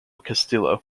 castillo